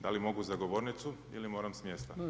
Da li mogu za govornicu ili moram s mjesta?